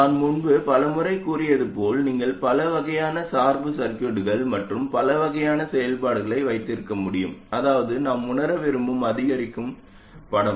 நான் முன்பு பலமுறை கூறியது போல் நீங்கள் பல வகையான சார்பு சர்கியூட்கள் மற்றும் பல வகையான செயல்பாடுகளை வைத்திருக்க முடியும் அதாவது நாம் உணர விரும்பும் அதிகரிக்கும் படம்